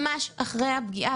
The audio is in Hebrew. ממש אחרי הפגיעה,